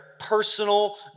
personal